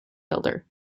builder